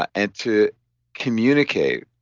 and to communicate,